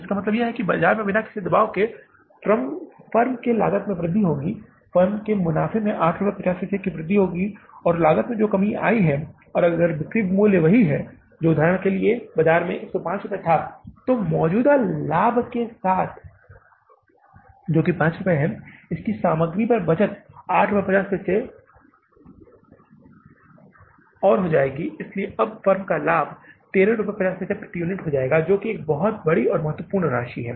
इसका मतलब है कि बाजार में बिना किसी दबाव के फर्म के लाभ में वृद्धि होगी फर्मों के मुनाफे में 8 रुपये और 50 पैसे की वृद्धि होगी क्योंकि लागत में कमी आई है बिक्री मूल्य वही है जो उदाहरण के लिए बाजार में 105 है इसलिए यह मौजूदा लाभ के साथ 5 रुपये और इस सामग्री पर बचत और 850 पैसे की श्रम लागत को जोड़ देगा इसलिए अब फर्म का लाभ 13 रुपये 50 पैसे प्रति यूनिट का और हो जाएगा जो एक बहुत ही महत्वपूर्ण राशि है